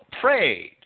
prayed